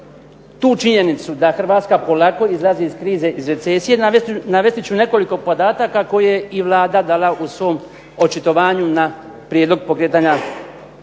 tu činjenicu da Hrvatska polako izlazi iz krize i recesije navest ću nekoliko podataka koje je i Vlada dala na svom očitovanju na prijedlog pokretanja pitanja